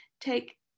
take